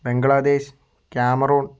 Bangladesh Cameroon